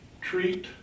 treat